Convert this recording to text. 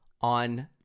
on